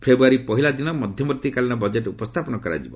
ଫେବୃୟାରୀ ପହିଲା ଦିନ ମଧ୍ୟବର୍ତ୍ତୀକାଳୀନ ବଜେଟ୍ ଉପସ୍ଥାପନ କରାଯିବ